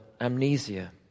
amnesia